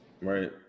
Right